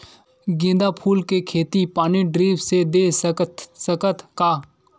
गेंदा फूल के खेती पानी ड्रिप से दे सकथ का?